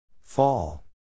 Fall